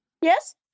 yes